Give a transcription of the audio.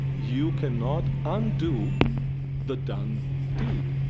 you cannot undo the done deed.